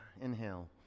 Inhale